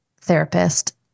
therapist